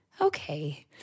Okay